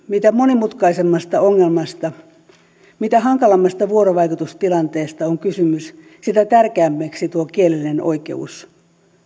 mitä monimutkaisemmasta ongelmasta mitä hankalammasta vuorovaikutustilanteesta on kysymys sitä tärkeämmäksi tuo kielellinen oikeus